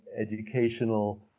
educational